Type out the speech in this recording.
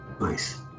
Nice